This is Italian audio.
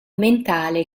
mentale